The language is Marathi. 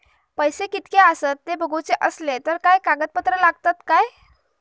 पैशे कीतके आसत ते बघुचे असले तर काय कागद पत्रा लागतात काय?